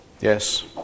Yes